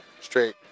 straight